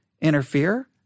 interfere